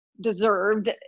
deserved